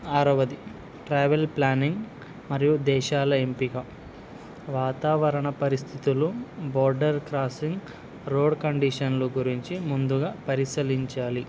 ఆరవది travel planning మరియు దేశాల ఎంపిక వాతావరణ పరిస్థితులు బోర్డర్ క్రాసింగ్ రోడ్ కండిషన్లు గురించి ముందుగా పరిశలించాలి